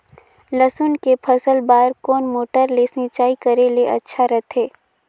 लसुन के फसल बार कोन मोटर ले सिंचाई करे ले अच्छा रथे?